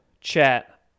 chat